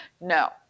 no